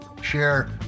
share